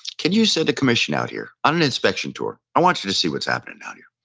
can you send a commission out here on an inspection tour? i want you to see what's happening out here.